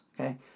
Okay